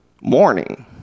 morning